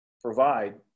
provide